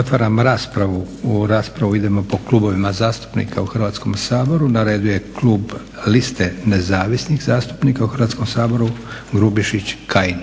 Otvaram raspravu. U raspravu idemo po klubovima zastupnika u Hrvatskom saboru. Na redu je Klub liste Nezavisnih zastupnika u Hrvatskom saboru Grubišić, Kajin.